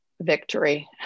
victory